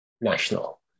national